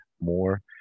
more